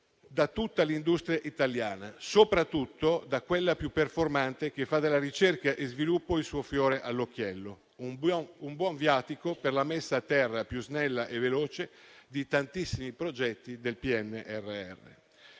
da tutta l'industria italiana, soprattutto da quella più performante, che fa della ricerca e dello sviluppo il suo fiore all'occhiello, un buon viatico per la messa a terra più snella e veloce di tantissimi progetti del PNRR.